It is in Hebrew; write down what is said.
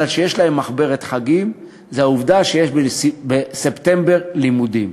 היא שיש להם מחברת חגים והעובדה שיש בספטמבר לימודים.